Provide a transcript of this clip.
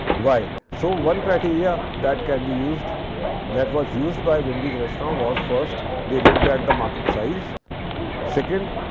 why? so, one criteria that can be used that was used by wendy's restaurant was first, they looked at the market size second,